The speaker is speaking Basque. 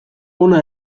hona